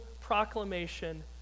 proclamation